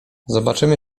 zobaczymy